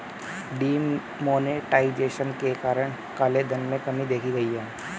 D monetization के कारण काले धन में कमी देखी गई